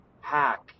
hack